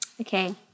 Okay